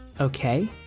Okay